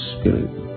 Spirit